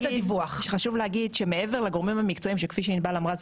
חשוב להגיד שמעבר לגורמים המקצועיים כפי שעינבל אמרה,